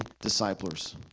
disciples